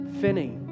Finney